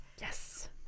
Yes